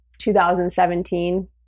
2017